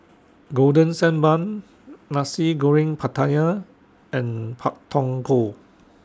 Golden Sand Bun Nasi Goreng Pattaya and Pak Thong Ko